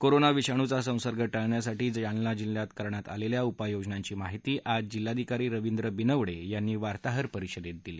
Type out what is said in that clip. corona विषाणूचा संसर्ग टाळण्यासाठी जालना जिल्ह्यात करण्यात आलेल्या उपाययोजनांची माहिती आज जिल्हाधिकारी रवींद्र बिनवडे यांनी आज वार्ताहर परिषदेत दिली